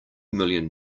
million